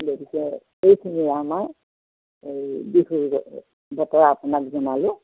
গতিকে এইখিনি আমাৰ এই বিহুৰ বতৰা আপোনাক জনালোঁ